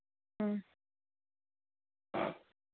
ꯎꯝ